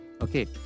okay